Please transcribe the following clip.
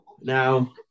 Now